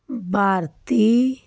ਭਾਰਤੀ